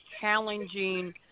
challenging